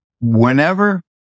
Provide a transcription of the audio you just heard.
whenever